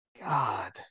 God